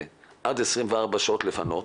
לפנות תוך 24 שעות,